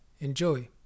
Enjoy